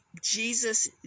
Jesus